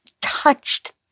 touched